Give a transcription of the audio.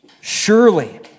Surely